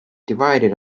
divided